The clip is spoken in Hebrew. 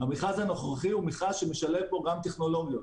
והמכרז הנוכחי משלב בו גם טכנולוגיות: